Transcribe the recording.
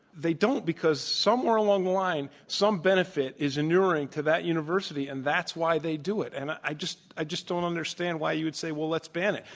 they don't because somewhere along the line some benefit is inuring to that university. and that's why they do it. and i just i just don't understand why you'd say, well, let's ban it.